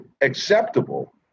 acceptable